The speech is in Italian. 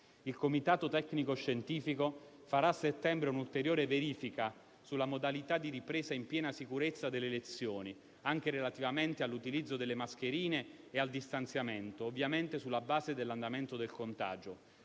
Il comitato tecnico-scientifico farà a settembre un'ulteriore verifica sulla modalità di ripresa in piena sicurezza delle lezioni, anche relativamente all'utilizzo delle mascherine e al distanziamento, ovviamente sulla base dell'andamento del contagio.